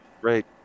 great